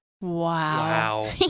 Wow